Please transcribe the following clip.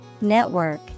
network